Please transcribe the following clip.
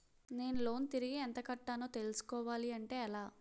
నేను లోన్ తిరిగి ఎంత కట్టానో తెలుసుకోవాలి అంటే ఎలా?